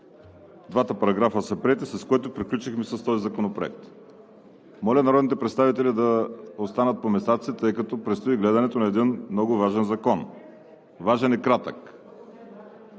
Двата параграфа са приети, с което приключихме с този законопроект. Моля народните представители да останат по местата си, тъй като предстои гледането на един много важен закон – важен и кратък: